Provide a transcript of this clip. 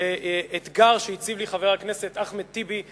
באתגר שהציב לי חבר הכנסת אחמד טיבי,